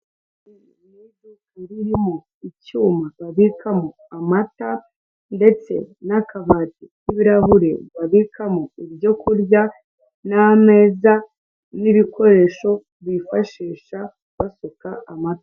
Iri ni iduka ririmo icyuma babikamo amata ndetse n'akabati k'ibirahure babikamo ibyo kurya n'ameza n'ibikoresho bifashisha basuka amata.